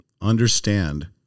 understand